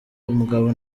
umugabo